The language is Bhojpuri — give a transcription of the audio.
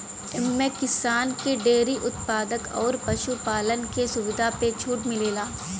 एम्मे किसानन के डेअरी उत्पाद अउर पशु पालन के सुविधा पे छूट मिलेला